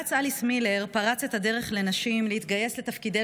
בג"ץ אליס מילר פרץ את הדרך לנשים להתגייס לתפקידי